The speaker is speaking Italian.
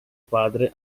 padre